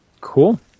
cool